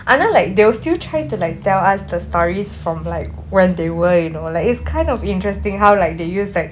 I know like they will still try to like tell us the stories from like when they were you know like it's kind of interesting how like they use like